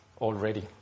already